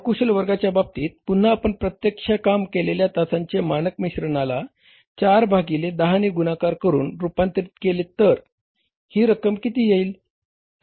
अकुशल वर्गाच्या बाबतीत पुन्हा आपण प्रत्यक्ष काम केलेल्या तासांच्या मानक मिश्रणाला 4 भागिले 10 ने गुणाकार करून रुपांतरित केले तर ही रक्कम किती येईल